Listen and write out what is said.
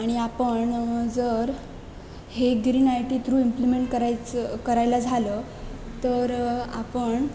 आणि आपण जर हे green I T through implement करायचं करायला झालं तर आपण